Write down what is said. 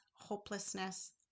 hopelessness